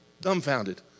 dumbfounded